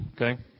Okay